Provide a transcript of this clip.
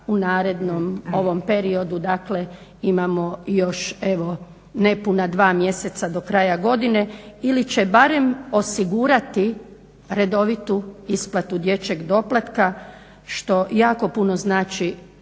u narednom ovom periodu, dakle imamo još evo nepuna dva mjeseca do kraja godine, ili će barem osigurati redovitu isplatu dječjeg doplatka što jako puno znači